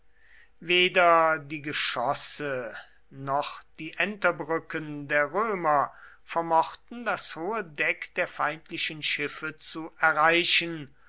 weder die geschosse noch die enterbrücken der römer vermochten das hohe deck der feindlichen schiffe zu erreichen